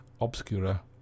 Obscura